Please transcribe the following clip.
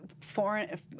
foreign